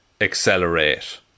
accelerate